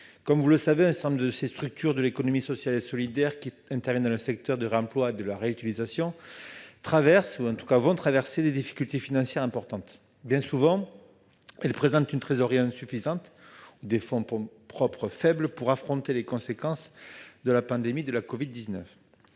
Comme vous le savez, un certain nombre de ces structures de l'économie sociale et solidaire intervenant dans le secteur du réemploi et de la réutilisation connaissent ou vont connaître des difficultés financières importantes. Elles disposent bien souvent d'une trésorerie insuffisante ou de fonds propres trop faibles pour affronter les conséquences de la pandémie de la covid-19.